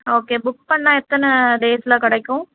okay book பண்ணா எத்தனை டேஸில் கிடைக்கும்